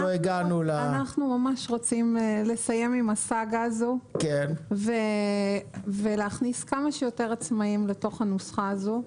אנו רוצים לסיים עם הסאגה הזאת ולהכניס כמה שיותר עצמאיים לנוסחה הזאת.